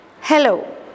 hello